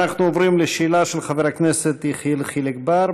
אנחנו עוברים לשאלה של חבר הכנסת יחיאל חיליק בר.